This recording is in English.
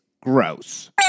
gross